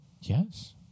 Yes